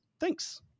Thanks